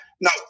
No